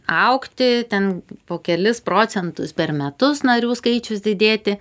augti ten po kelis procentus per metus narių skaičius didėti